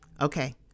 Okay